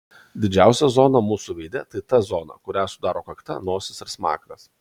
didžiausia zona mūsų veide tai t zona kurią sudaro kakta nosis ir smakras